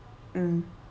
mm